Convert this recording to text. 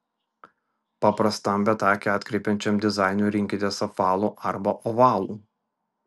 paprastam bet akį atkreipiančiam dizainui rinkitės apvalų arba ovalų